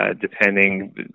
depending